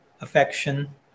affection